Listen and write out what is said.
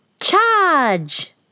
Charge